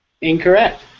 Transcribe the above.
Incorrect